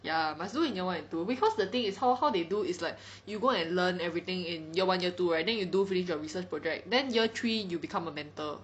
ya must do in year one and two cause the thing is how how they do is like you go and learn everything in year one year two right then you do finish your research project then year three you become a mentor